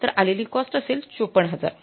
तर आलेली कॉस्ट असेल ५४०००